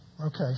Okay